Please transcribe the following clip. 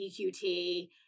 EQT